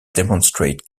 demonstrate